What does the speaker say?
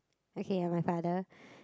okay my father